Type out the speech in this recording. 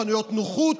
חנויות נוחות,